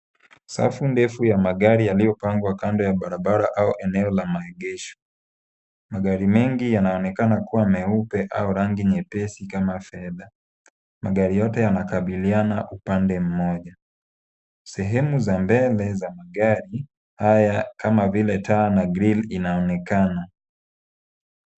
Safu ndefu ya magari yaliyopangwa kando ya barabara au eneo la maegesho .Magari mengi yanaonekana kuWa meupe au rangi nyepesi kama fedha. Magari yote yanakabiliana upande mmoja, sehemu za mbele za magari haya kama vile taa na grill yanaonekana .